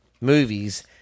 movies